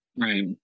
Right